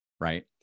Right